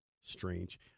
strange